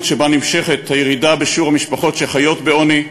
שבה נמשכת הירידה בשיעור המשפחות שחיות בעוני,